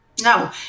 No